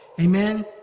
Amen